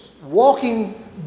walking